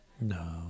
no